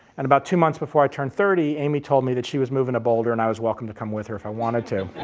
and about two months before i turned thirty, amy told me that she was moving to boulder and i was welcome to come with her if i wanted to.